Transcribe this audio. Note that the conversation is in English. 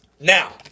Now